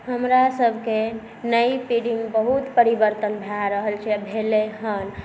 हमरा सबके नई पीढ़ीमे बहुत परिवर्तन भऽ रहल छै आओर भेलै हँ